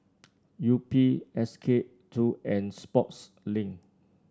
Yupi S K two and Sportslink